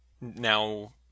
now